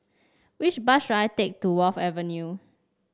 which bus should I take to Wharf Avenue